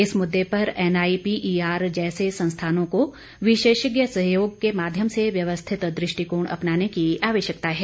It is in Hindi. इस मुददे पर एनआईपीईआर जैसे संस्थानों का विशेषज्ञ सहयोग के माध्यम से व्यवस्थित दृष्टिकोण अपनाने की आवश्यकता है